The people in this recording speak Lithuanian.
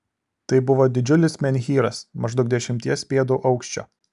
tai buvo didžiulis menhyras maždaug dešimties pėdų aukščio